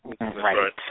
Right